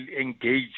engage